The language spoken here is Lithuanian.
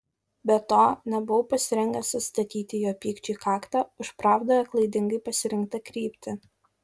be to nebuvau pasirengęs atstatyti jo pykčiui kaktą už pravdoje klaidingai pasirinktą kryptį